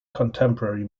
contemporary